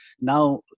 Now